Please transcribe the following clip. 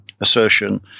assertion